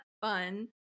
fun